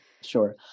Sure